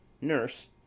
Nurse